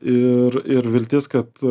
ir ir viltis kad